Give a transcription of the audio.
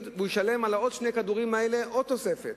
והוא ישלם על שני הכדורים הנוספים האלה תוספת.